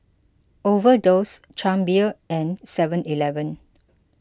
Overdose Chang Beer and Seven Eleven